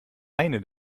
eine